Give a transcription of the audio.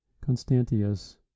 Constantius